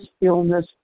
illness